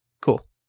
Cool